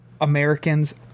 Americans